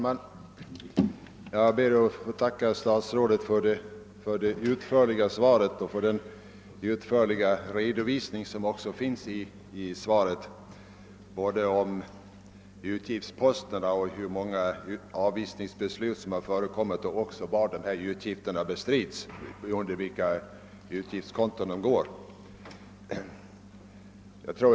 Herr talman! Jag ber att få tacka statsrådet för det utförliga svaret på min fråga och för den fylliga redovisning som lämnades beträffande kostnaderna, om antalet avvisningsbeslut och under vilka konton utgifter i detta sammanhang bestrids.